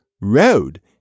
road